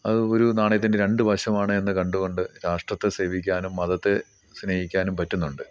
അത് ഒരു നാണയത്തിൻ്റെ രണ്ട് വശമാണ് എന്ന് കണ്ടുകൊണ്ട് രാഷ്ട്രത്തെ സേവിക്കാനും മതത്തെ സ്നേഹിക്കാനും പറ്റുന്നുണ്ട്